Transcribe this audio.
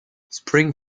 spring